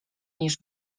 niż